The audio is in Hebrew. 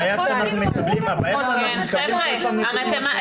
הבעיה שבכל פעם אנחנו מקבלים נתונים אחרים.